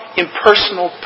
impersonal